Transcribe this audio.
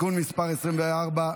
(תיקון מס' 25),